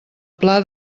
pla